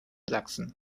sachsen